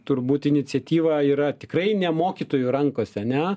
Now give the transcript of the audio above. turbūt iniciatyva yra tikrai ne mokytojų rankose ane